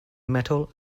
metal